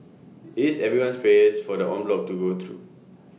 IT is everyone's prayers for the en bloc to go through